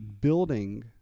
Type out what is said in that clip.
building